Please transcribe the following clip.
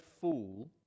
fool